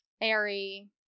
airy